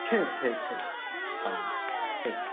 ठीक ठीक ठीक आब ठीक